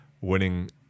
winning